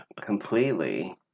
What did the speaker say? completely